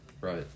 Right